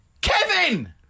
Kevin